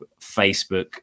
Facebook